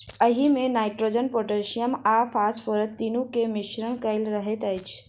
एहिमे nitrogen, potassium आ phosphorus तीनूक मिश्रण कएल रहैत अछि